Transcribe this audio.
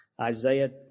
Isaiah